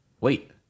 wait